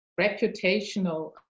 reputational